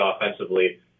offensively